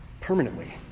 permanently